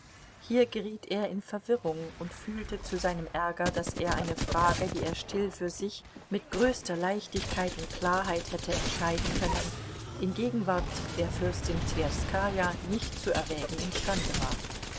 hier geriet er in verwirrung und fühlte zu seinem ärger daß er eine frage die er still für sich mit größter leichtigkeit und klarheit hätte entscheiden können in gegenwart der fürstin twerskaja nicht zu erwägen imstande war